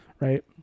Right